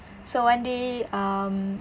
so one day um